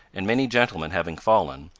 and many gentlemen having fallen,